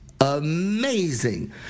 amazing